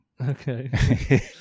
okay